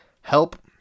help